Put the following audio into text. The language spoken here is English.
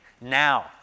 now